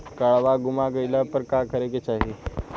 काडवा गुमा गइला पर का करेके चाहीं?